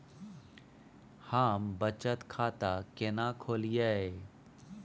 हम बचत खाता केना खोलइयै?